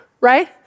right